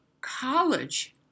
college